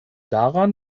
daran